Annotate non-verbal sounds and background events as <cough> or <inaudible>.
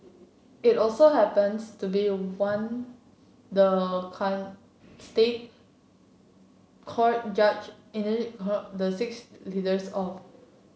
it also happens to be one the <unintelligible> State Court judge <unintelligible> the six leaders of